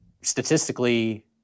statistically